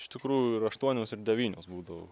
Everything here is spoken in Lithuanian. iš tikrųjų ir aštuonios devynios būdavo